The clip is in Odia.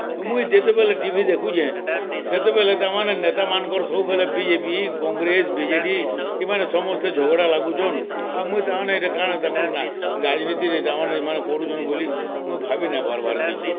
ମୁଇଁ ଯେତେବେଲେ ଟି ଭି ଦେଖୁଚେଁ ସେତେବେଲେ ତାମାନେ ନେତାମାନ୍କର୍ ସବୁବେଳେ B J P Congress B J P ଇମାନେ ସମସ୍ତେ ଝଗ୍ଡ଼ା ଲାଗୁଛନ୍ ଆଉ ମୁଇଁ ତାମାନେ ଇଟା କାଣା ତାଙ୍କର୍ ନାଁ ରାଜନୀତିରେ ତାମାନେ ଏମାନେ କରୁଛନ୍ ବୋଲି ମୁଁ ଭାବି ନା ପାର୍ବାର୍ କିଛି